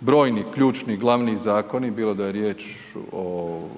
Brojni ključni glavni zakoni, bilo da je riječ o